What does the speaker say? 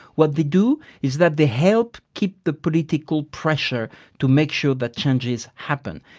what they do is that they help keep the political pressure to make sure that changes happen.